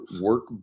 work